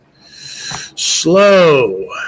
slow